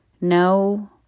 no